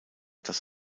das